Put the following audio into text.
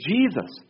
Jesus